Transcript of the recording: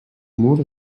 murs